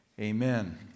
Amen